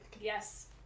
Yes